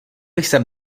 jsem